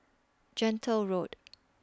Gentle Road